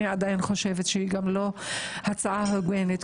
אני עדיין חושבת שהיא לא הצעה הוגנת,